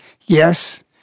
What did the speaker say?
Yes